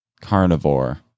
carnivore